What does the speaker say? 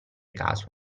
caso